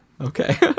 Okay